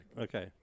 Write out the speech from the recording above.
Okay